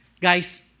Guys